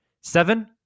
Seven